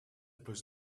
plus